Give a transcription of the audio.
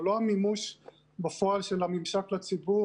אבל לא על מימוש בפועל של הממשק לציבור,